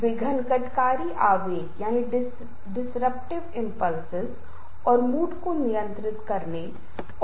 इसलिए वे अप्रत्यक्ष रूप से दर्शकों का समर्थन चाहते हैं और कुछ लोगों को बहुत सहज महसूस नहीं हो सकता है